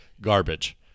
Garbage